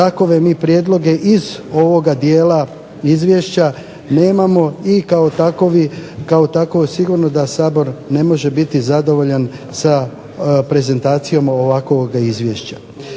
takove mi prijedloge iz ovoga dijela izvješća nemamo i kao takovi sigurno da Sabor ne može biti zadovoljan sa prezentacijom ovakvoga izvješća.